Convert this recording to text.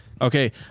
Okay